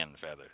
feathers